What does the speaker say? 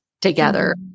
together